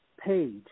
page